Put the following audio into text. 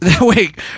Wait